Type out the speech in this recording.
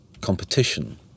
competition